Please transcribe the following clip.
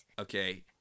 Okay